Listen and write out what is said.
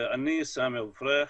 אני סאמי אבו פריח,